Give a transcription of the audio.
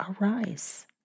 arise